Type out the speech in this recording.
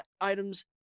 items